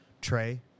Trey